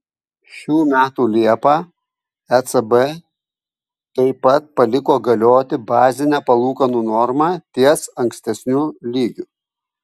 šių metų liepą ecb taip pat paliko galioti bazinę palūkanų normą ties ankstesniu lygiu